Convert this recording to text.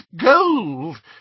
gold